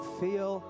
feel